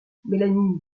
mélanie